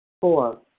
Four